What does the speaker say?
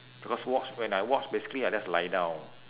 because watch when I watch basically I just lie down